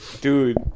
Dude